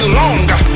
longer